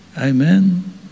Amen